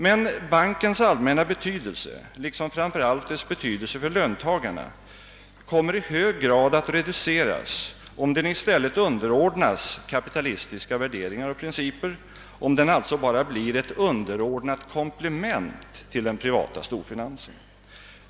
Men bankens allmänna betydelse liksom framför allt dess betydelse för löntagarna kommer i hög grad att reduceras, om den i stället underordnas kapitalistiska värderingar och principer, om den alltså bara blir ett underordnat komplement till den privata storfinansen.